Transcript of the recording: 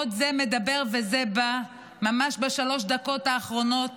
עוד זה מדבר וזה בא: ממש בשלוש הדקות האחרונות